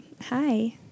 Hi